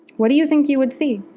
what do you think you would see?